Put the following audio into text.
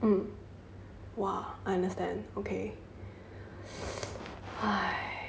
mm !wah! I understand okay